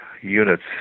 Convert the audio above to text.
units